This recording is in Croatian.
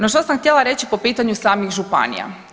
No, što sam htjela reći po pitanju samih županija.